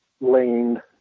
lane